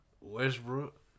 Westbrook